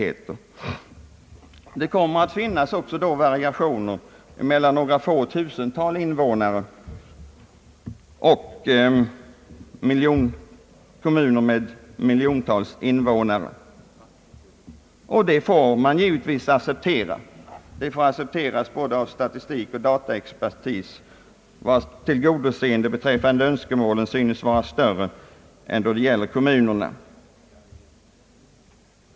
Det kommer också då att finnas stora variationer, kommuner med några få tusental invånare och kommuner med kanske upp till en miljon invånare, och det får man givetvis acceptera. Det får accepteras av statistikoch dataexpertis, vars önskemål annars torde tillgodoses i större utsträckning än kommunernas.